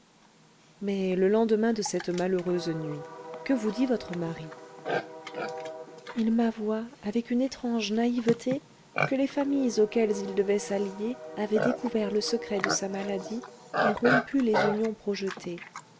mais le lendemain de cette malheureuse nuit que vous dit votre mari il m'avoua avec une étrange naïveté que les familles auxquelles il devait s'allier avaient découvert le secret de sa maladie et rompu les unions projetées